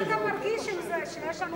איך אתה מרגיש עם זה שיש, הוא מרגיש לא טוב.